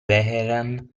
vehrehan